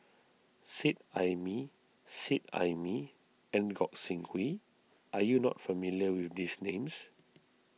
Seet Ai Mee Seet Ai Mee and Gog Sing Hooi are you not familiar with these names